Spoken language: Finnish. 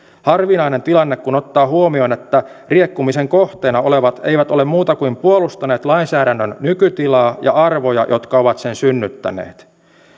harvinainen tilanne kun ottaa huomioon että riekkumisen kohteena olevat eivät ole muuta kuin puolustaneet lainsäädännön nykytilaa ja arvoja jotka ovat sen synnyttäneet